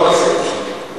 לא מצליחים?